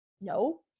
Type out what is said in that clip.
No